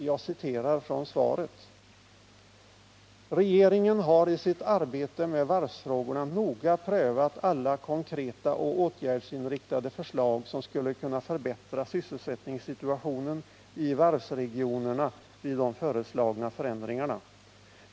Jag citerar från svaret: ”Regeringen har i sitt arbete med varvsfrågorna noga prövat alla konkreta 39 och åtgärdsinriktade förslag som skulle kunna förbättra sysselsättningssituationen i varvsregionerna vid de föreslagna förändringarna.